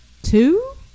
two